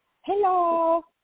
Hello